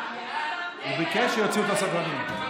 הוא ביקש שיוציאו אותו הסדרנים.